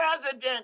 president